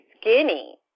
skinny